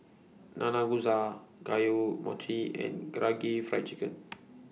Nanakusa Gayu Mochi and Karaage Fried Chicken